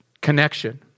connection